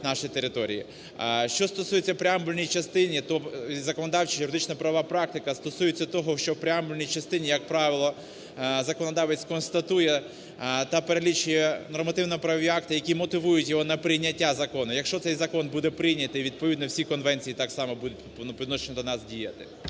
наші території. Що стосується преамбульної частини, то законодавча юридична правова практика стосується того, що в преамбульній частині як правило законодавець констатує та перелічує нормативно-правові акти, які мотивують його на прийняття закону. Якщо цей закон буде прийнятий, відповідно, всі конвенції так само будуть по відношенню до нас діяти.